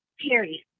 period